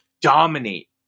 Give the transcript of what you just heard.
dominate